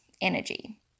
energy